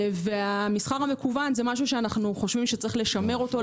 המסחר המקוון זה משהו שאנחנו חושבים שצריך לשמר אותו,